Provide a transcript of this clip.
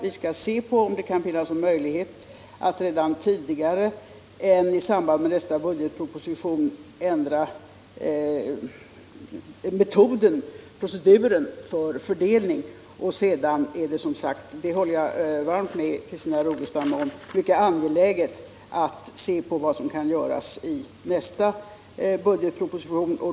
Vi skall se på om det kan finnas någon möjlighet att redan tidigare än i samband med nästa budgetproposition ändra proceduren för fördelning. Sedan är det som sagt — det håller jag varmt med Christina Rogestam om —- mycket angeläget att se på vad som kan göras i nästa budgetproposition.